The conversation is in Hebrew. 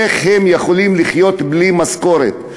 איך הם יכולים לחיות בלי משכורת?